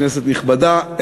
כנסת נכבדה,